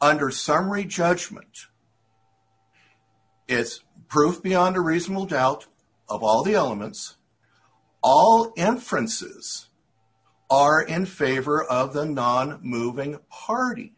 under summary judgment it's proof beyond a reasonable doubt of all the elements all inferences are in favor of them don moving party